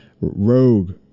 rogue